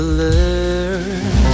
learn